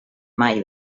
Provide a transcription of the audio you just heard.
mai